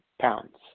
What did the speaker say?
pounds